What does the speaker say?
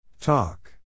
Talk